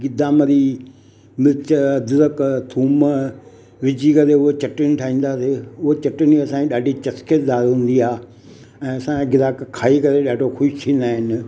गिदामड़ी मिर्चु अद्रक थूम विझी करे उहे चटणी ठाईंदासीं उहो चटणी असांजी ॾाढी चस्केदार हूंदी आहे ऐं असांजा ग्राहक खाई करे ॾाढो ख़ुशि थींदा आहिनि